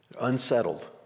Unsettled